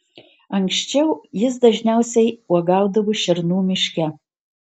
anksčiau jis dažniausiai uogaudavo šernų miške